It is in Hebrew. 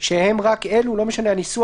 שהם רק אלו לא משנה הניסוח,